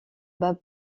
bas